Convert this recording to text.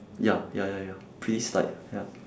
ya ya ya ya pretty s~ like ya